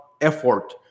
effort